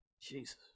Jesus